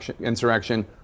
insurrection